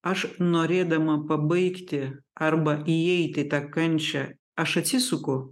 aš norėdama pabaigti arba įeiti į tą kančią aš atsisuku